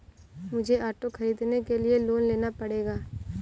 मुझे ऑटो खरीदने के लिए लोन लेना पड़ेगा